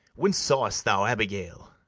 when saw'st thou abigail?